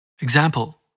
Example